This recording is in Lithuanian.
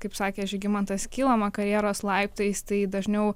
kaip sakė žygimantas kylama karjeros laiptais tai dažniau